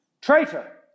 Traitor